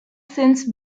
since